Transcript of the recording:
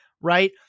right